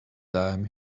time